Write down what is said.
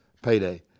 Payday